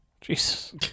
Jesus